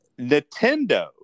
Nintendo